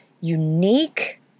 unique